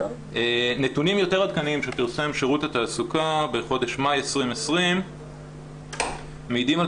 נתונים יותר עדכניים שפרסם שירות התעסוקה בחודש מאי 2020 מעידים על